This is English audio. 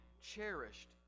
cherished